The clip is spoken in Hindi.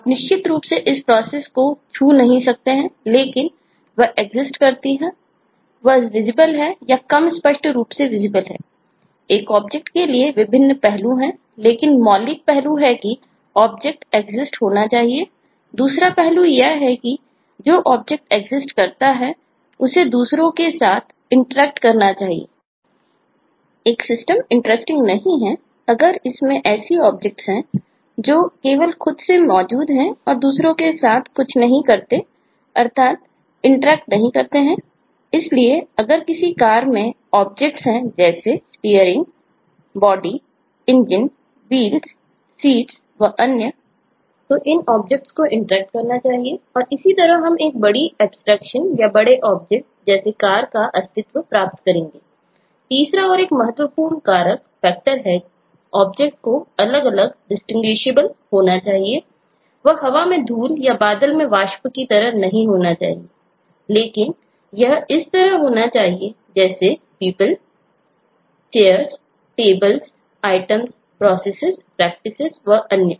आप निश्चित रूप से इस प्रोसेस हैं जैसे steering body engine wheels seats व अन्य